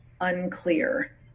unclear